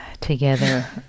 together